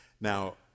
Now